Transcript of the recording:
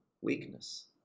weakness